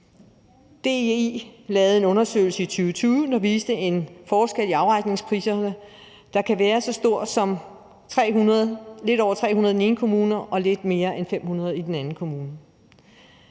DI lavede en undersøgelse i 2020, der viste en forskel i afregningspriserne, der kan være så stor som lidt over 300 kr. i den ene kommune og lidt mere end 500 kr. i den anden kommune.